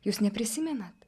jūs neprisimenat